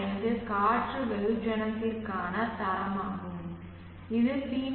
5 காற்று வெகுஜனத்திற்கான தரமாகும் இது பி